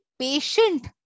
patient